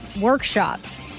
workshops